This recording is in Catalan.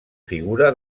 figura